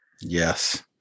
Yes